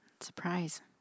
Surprise